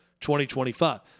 2025